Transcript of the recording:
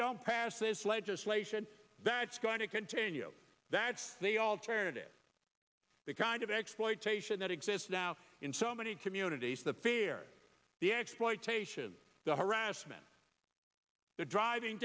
don't pass this legislation that's going to continue that's the alternative because of exploitation that exists now in so many communities the fear the exploitation the harassment the driving